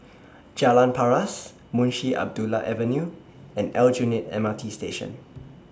Jalan Paras Munshi Abdullah Avenue and Aljunied M R T Station